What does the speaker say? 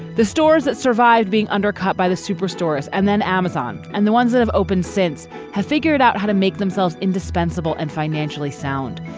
the stores that survived being undercut by the superstores and then amazon and the ones that have opened since have figured out how to make themselves indispensable and financially sound.